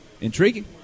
Intriguing